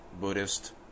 Buddhist